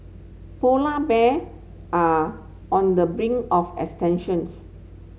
polar bear are on the brink of extinctions